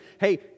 hey